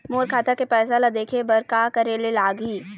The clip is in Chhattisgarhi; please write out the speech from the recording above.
मोर खाता के पैसा ला देखे बर का करे ले लागही?